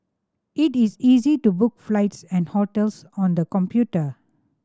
it is easy to book flights and hotels on the computer